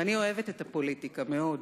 ואני אוהבת את הפוליטיקה, מאוד,